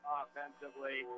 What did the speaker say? offensively